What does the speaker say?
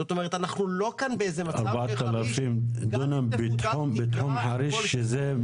זאת אומרת אנחנו לא במצב כאן --- 4,000 דונם של יערות